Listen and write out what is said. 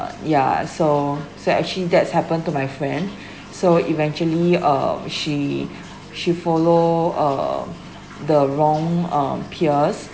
uh ya so so actually that's happen to my friend so eventually uh she she follow uh the wrong um peers